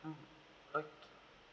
mm okay